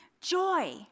Joy